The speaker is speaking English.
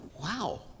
Wow